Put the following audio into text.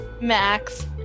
Max